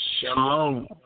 Shalom